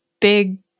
big